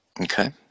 okay